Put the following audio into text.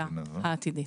החקיקה העתידית.